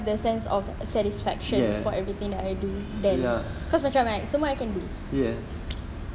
the sense of satisfaction for everything that I do then because macam like semua I can do